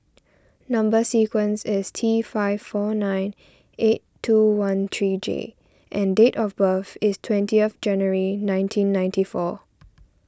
Number Sequence is T five four nine eight two one three J and date of birth is twentieth January nineteen ninety four